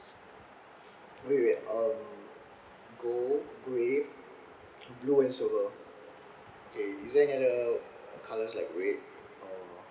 wait wait um gold grey blue and silver okay is there any other colours like red or